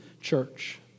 church